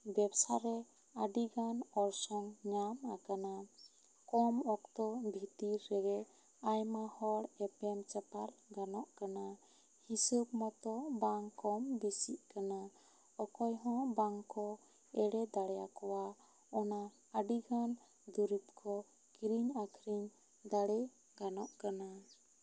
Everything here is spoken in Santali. ᱵᱮᱵᱥᱟ ᱨᱮ ᱟᱹᱰᱤ ᱜᱟᱱ ᱚᱨᱥᱚᱝ ᱧᱟᱢ ᱟᱠᱟᱱᱟ ᱠᱚᱢ ᱚᱠᱛᱚ ᱵᱷᱤᱛᱤᱨ ᱨᱮᱜᱮ ᱟᱭᱢᱟ ᱦᱚᱲ ᱮᱯᱮᱢ ᱪᱟᱯᱟᱜ ᱜᱟᱱᱚᱜ ᱠᱟᱱᱟ ᱦᱤᱥᱟᱹᱵ ᱢᱟ ᱛᱚ ᱵᱟᱝ ᱠᱚᱢ ᱵᱤᱥᱤᱜ ᱠᱟᱱᱟ ᱚᱠᱚᱭ ᱦᱚᱸ ᱵᱟᱝ ᱠᱚ ᱮᱲᱮ ᱫᱟᱲᱮ ᱟᱠᱚᱣᱟ ᱚᱱᱟ ᱟᱹᱰᱤ ᱜᱟᱱ ᱫᱩᱨᱤᱵᱽ ᱠᱚ ᱠᱤᱨᱤᱧ ᱟᱠᱷᱨᱤᱧ ᱫᱟᱲᱮᱭᱟᱜ ᱜᱟᱱᱚᱜ ᱠᱟᱱᱟ